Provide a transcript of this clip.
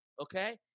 okay